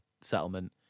settlement